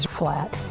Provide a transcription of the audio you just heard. flat